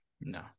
no